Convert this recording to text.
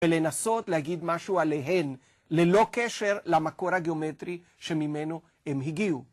ולנסות להגיד משהו עליהן ללא קשר למקור הגיאומטרי שממנו הם הגיעו.